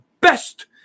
best